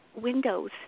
windows